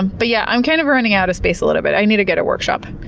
but yeah, i'm kind of running out of space a little bit. i need to get a workshop.